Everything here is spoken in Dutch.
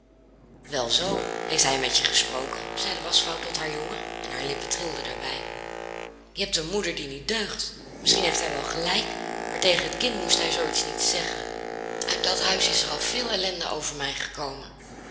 wel zoo heeft hij met je gesproken zei de waschvrouw tot haar jongen en haar lippen trilden daarbij je hebt een moeder die niet deugt misschien heeft hij wel gelijk maar tegen het kind moest hij zoo iets niet zeggen uit dat huis is er al veel ellende over mij gekomen